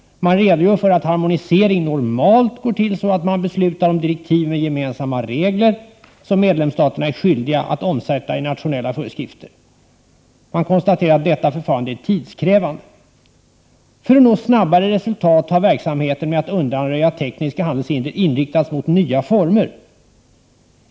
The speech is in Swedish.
Man redogör för att harmoniseringen normalt går till så att man beslutar om direktiv med gemensamma regler som medlemsstaterna är skyldiga att omsätta i nationella föreskrifter. Man konstaterar att detta förfarande är tidskrävande. För att nå snabbare resultat har verksamheten med att undanröja tekniska handelshinder inriktats mot nya former.